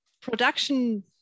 production